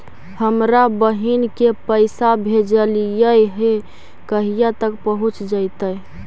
हमरा बहिन के पैसा भेजेलियै है कहिया तक पहुँच जैतै?